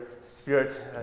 spirit